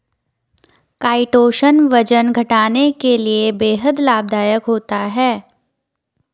chitosan वजन घटाने के लिए बेहद लाभदायक होता है